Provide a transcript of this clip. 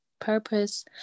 purpose